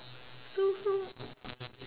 so so